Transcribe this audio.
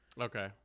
Okay